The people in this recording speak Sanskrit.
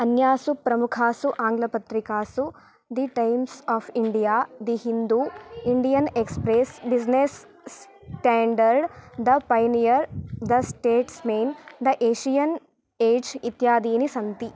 अन्यासु प्रमुखासु आङ्ग्लपत्रिकासु the times of India the Hindu Indian express business standard the pioneer the statesman the Asian age इत्यादीनि सन्ति